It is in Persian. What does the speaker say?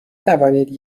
توانید